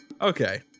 Okay